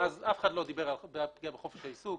אף אחד אז לא דיבר על פגיעה בחופש העיסוק,